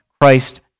Christ